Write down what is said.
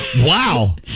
Wow